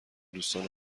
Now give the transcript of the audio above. دوستان